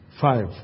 Five